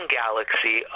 galaxy